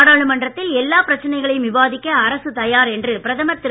நாடாளுமன்றத்தில் எல்லா பிரச்சனைகளையும் விவாதிக்க அரசு தயார் என்று பிரதமர் திரு